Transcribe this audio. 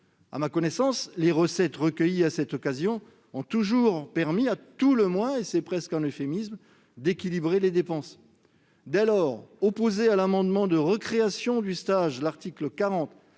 À ma connaissance, les recettes recueillies à cette occasion ont toujours permis à tout le moins- c'est presque un euphémisme ! -d'équilibrer ces dépenses. Dès lors, opposer à l'amendement visant à recréer ce stage l'article 40